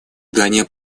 дания